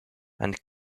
and